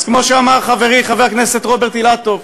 ואז, כמו שאמר חברי חבר הכנסת רוברט אילטוב,